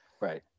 Right